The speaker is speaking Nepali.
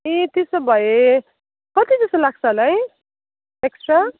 ए त्यसो भए कति जसो लाग्छ होला है एक्स्ट्रा